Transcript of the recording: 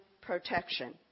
protection